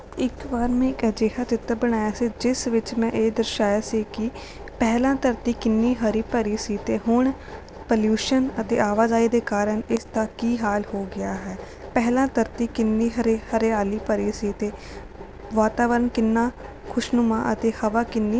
ਇੱਕ ਵਾਰ ਮੈਂ ਇੱਕ ਅਜਿਹਾ ਚਿੱਤਰ ਬਣਾਇਆ ਸੀ ਜਿਸ ਵਿੱਚ ਮੈਂ ਇਹ ਦਰਸਾਇਆ ਸੀ ਕਿ ਪਹਿਲਾਂ ਧਰਤੀ ਕਿੰਨੀ ਹਰੀ ਭਰੀ ਸੀ ਅਤੇ ਹੁਣ ਪੋਲਿਊਸ਼ਨ ਅਤੇ ਆਵਾਜਾਈ ਦੇ ਕਾਰਨ ਇਸ ਦਾ ਕੀ ਹਾਲ ਹੋ ਗਿਆ ਹੈ ਪਹਿਲਾਂ ਧਰਤੀ ਕਿੰਨੀ ਹਰੇ ਹਰਿਆਲੀ ਭਰੀ ਸੀ ਅਤੇ ਵਾਤਾਵਰਨ ਕਿੰਨਾ ਖੁਸ਼ਨੁਮਾ ਅਤੇ ਹਵਾ ਕਿੰਨੀ